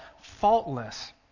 faultless